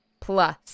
plus